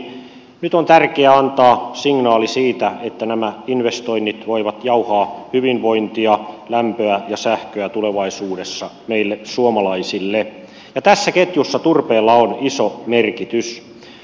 nyt on tärkeää antaa signaali siitä että nämä investoinnit voivat jauhaa hyvinvointia lämpöä ja sähköä tulevaisuudessa meille suomalaisille ja tässä ketjussa turpeella on iso merkitys